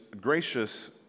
Gracious